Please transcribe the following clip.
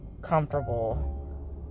comfortable